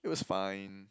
it was fine